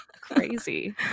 Crazy